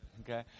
okay